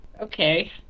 Okay